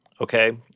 okay